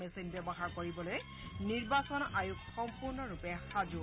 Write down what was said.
machine ব্যৱহাৰ কৰিবলৈ নিৰ্বাচন আয়োগ সম্পূৰ্ণৰূপে সাজু